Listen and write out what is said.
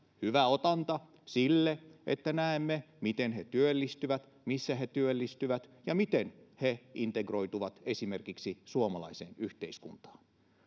hyvä otanta sille että näemme miten he työllistyvät missä he työllistyvät ja miten he integroituvat esimerkiksi suomalaiseen yhteiskuntaan